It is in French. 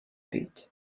but